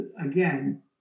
again